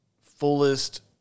fullest